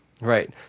Right